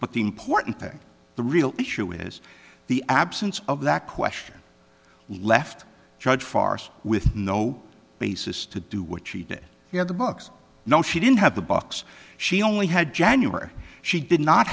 but the important thing the real issue is the absence of that question left judge farce with no basis to do what she did he had the books know she didn't have the box she only had january she did not